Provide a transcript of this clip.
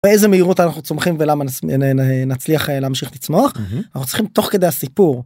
איזה מהירות אנחנו צומחים ולמה נצליח להמשיך לצמוח אנחנו צריכים תוך כדי הסיפור.